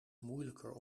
moeilijker